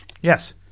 Yes